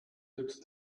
did